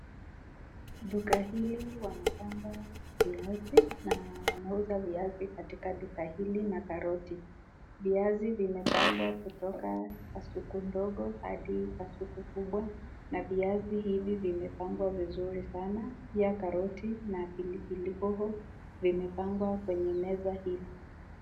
Duka hili wanapanga viazi, na wanauza viazi katika duka hili na karoti. Viazi vimepangwa kutoka kasuku ndogo hadi kasuku kubwa, na viazi hivi vimepangwa vizuri sana. Pia karoti na pilipili hoho vimepangwa kwenye meza hili.